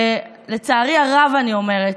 ולצערי הרב, אני אומרת,